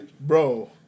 Bro